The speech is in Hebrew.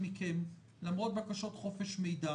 ולמרות בקשות חופש מידע